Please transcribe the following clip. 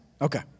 Okay